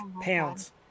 pounds